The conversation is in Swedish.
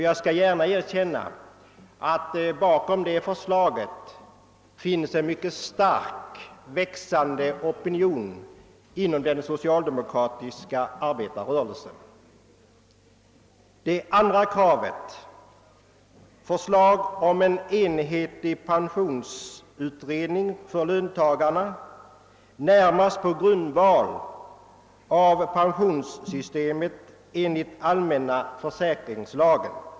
Jag skall gärna erkänna att bakom det förslaget finns en mycket stark, växande opinion inom den socialdemokratiska arbetarrörelsen. Det andra kravet gäller förslag om en enhetlig pensionsordning för löntagarna, närmast på grundval av pensionssystemet enligt allmänna försäkringslagen.